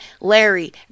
Larry